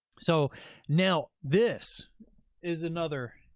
so now this is another,